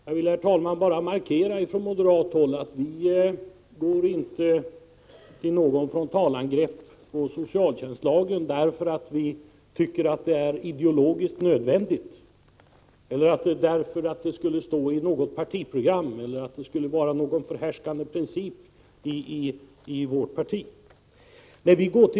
Jag vill, herr talman, bara markera från moderat håll att vi inte går till frontalangrepp mot socialtjänstlagen därför att vi tycker att det är ideologiskt nödvändigt, eller därför att det skulle stå i något partiprogram eller vara någon förhärskande princip i vårt parti att göra så.